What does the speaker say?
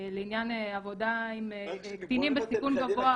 לעניין עבודה עם קטינים בסיכון גבוה.